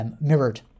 mirrored